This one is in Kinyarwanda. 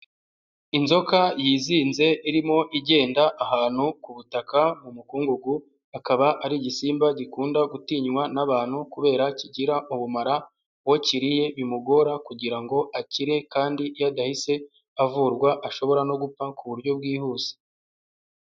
Inzoka yizinze irimo igenda ahantu ku butaka mu mukungugu, akaba ari igisimba gikunda gutinywa n'abantu kubera kigira ubumara, uwo kiriye bimugora kugira ngo akire kandi iyo adahise avurwa ashobora no gupfa ku buryo bwihuse.